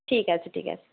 ঠিক আছে ঠিক আছে